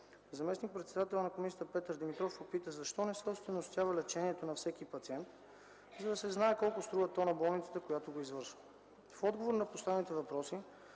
Заместник-председателят на комисията Петър Димитров попита защо не се остойностява лечението на всеки пациент, за да се знае колко струва то на болницата, която го извършва. В отговор на поставените въпроси